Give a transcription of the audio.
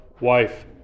wife